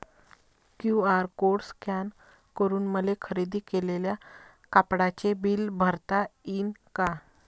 QR code scan करून मले खरेदी केलेल्या कापडाचे बिल भरता यीन का?